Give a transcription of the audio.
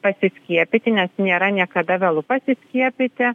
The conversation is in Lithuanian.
pasiskiepyti nes nėra niekada vėlu pasiskiepyti